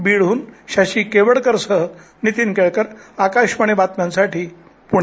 बीडहून शशी केवडकरसह नीतीन केळकर आकाशवाणी बातम्यांसाठी पुणे